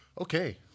Okay